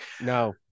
no